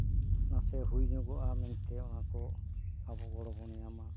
ᱱᱟᱥᱮ ᱦᱩᱭ ᱧᱚᱜᱚᱜᱼᱟ ᱢᱮᱱᱛᱮᱫ ᱚᱱᱟᱠᱚ ᱟᱵᱚ ᱜᱚᱲᱚ ᱵᱚᱱ ᱧᱟᱢᱟ